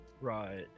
Right